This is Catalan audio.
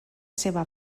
seva